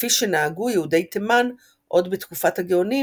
כפי שנהגו יהודי תימן עוד בתקופת הגאונים